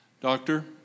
Doctor